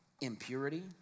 impurity